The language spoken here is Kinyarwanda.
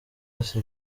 yose